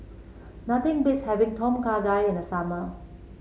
nothing beats having Tom Kha Gai in the summer